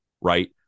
right